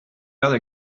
other